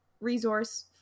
resource